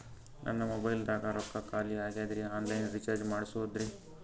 ನನ್ನ ಮೊಬೈಲದಾಗ ರೊಕ್ಕ ಖಾಲಿ ಆಗ್ಯದ್ರಿ ಆನ್ ಲೈನ್ ರೀಚಾರ್ಜ್ ಮಾಡಸ್ಬೋದ್ರಿ?